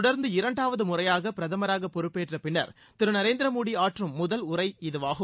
தொடர்ந்து இரண்டாவது முறையாக பிரதமராக பொறுப்பேற்ற பின்னர் திரு நரேந்திர மோடி ஆற்றும் முதல் உரை இதுவாகும்